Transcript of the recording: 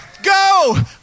Go